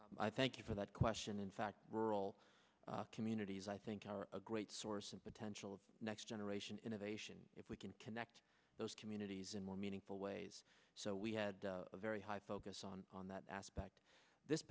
o i thank you for that question in fact rural communities i think are a great source of potential of the next generation innovation if we can connect those communities in more meaningful ways so we had a very high focus on on that aspect this